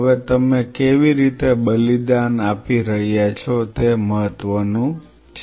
હવે તમે કેવી રીતે બલિદાન આપી રહ્યા છો તે મહત્વનું છે